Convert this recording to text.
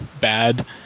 bad